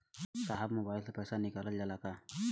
साहब मोबाइल से पैसा निकल जाला का?